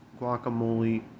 guacamole